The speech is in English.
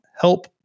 help